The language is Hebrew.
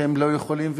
ולא יכולים,